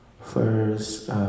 First